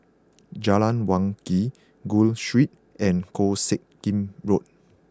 Jalan Wangi Gul Street and Koh Sek Lim Road